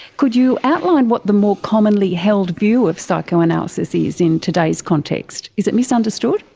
could you outline what the more commonly held view of psychoanalysis is in today's context? is it misunderstood?